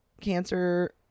cancer